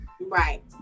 Right